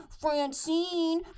Francine